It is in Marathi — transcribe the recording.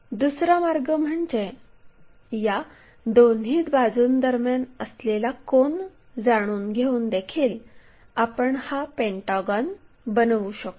दुसरा मार्ग म्हणजे या दोन्ही बाजूंदरम्यान असलेला कोन जाणून घेऊन देखील आपण हा पेंटागॉन बनवू शकतो